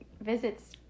visits